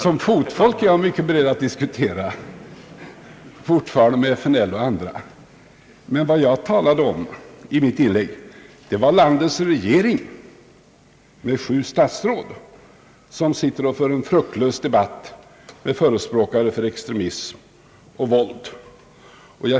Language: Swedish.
Som en bland fotfolket är jag mycket beredd att diskutera med FNL-grupperna och andra, men vad jag talade om i mitt inlägg var landets regering som med sju statsråd sitter och för fruktlös debatt med förespråkare för extremism och våld.